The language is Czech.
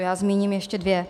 Já zmíním ještě dvě.